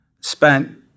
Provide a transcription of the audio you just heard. spent